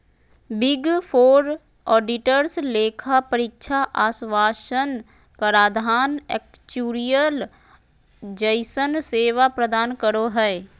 big four auditors लेखा परीक्षा आश्वाशन कराधान एक्चुरिअल जइसन सेवा प्रदान करो हय